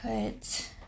put